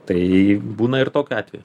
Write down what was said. tai būna ir tokiu atveju